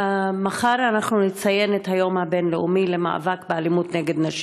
מחר נציין את היום הבין-לאומי למאבק באלימות נגד נשים.